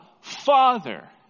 Father